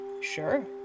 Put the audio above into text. Sure